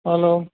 hello